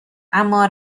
اما